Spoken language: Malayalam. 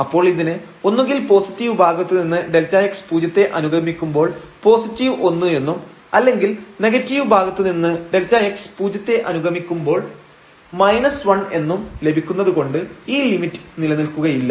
അപ്പോൾ ഇതിന് ഒന്നുകിൽ പോസിറ്റീവ് ഭാഗത്തുനിന്ന് Δx പൂജ്യത്തെ അനുഗമിക്കുമ്പോൾ പോസിറ്റീവ് ഒന്ന് എന്നും അല്ലെങ്കിൽ നെഗറ്റീവ് ഭാഗത്തുനിന്ന് Δx പൂജ്യത്തെ അനുഗമിക്കുമ്പോൾ 1 എന്നും ലഭിക്കുന്നതുകൊണ്ട് ഈ ലിമിറ്റ് നിലനിൽക്കുകയില്ല